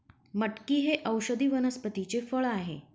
मटकी हे औषधी वनस्पतीचे फळ आहे